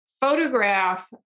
photograph